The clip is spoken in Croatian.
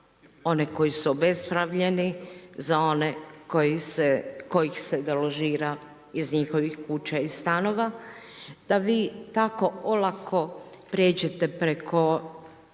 one koji su obespravljeni, za one kojih se deložira iz njihovih kuća i stanova, da vi tako olako pređete preko